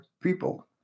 people